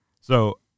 So-